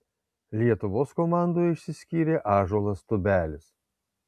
lietuvos komandoje išsiskyrė ąžuolas tubelis